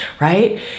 right